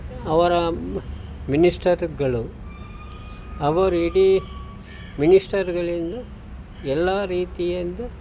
ಅವರ ಮಿನಿಸ್ಟರ್ಗಳು ಅವರು ಇಡೀ ಮಿನಿಸ್ಟರ್ಗಳಿಂದ ಎಲ್ಲ ರೀತಿಯಿಂದ